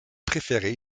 préféré